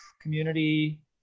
community